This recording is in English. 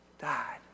died